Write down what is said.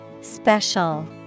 Special